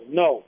no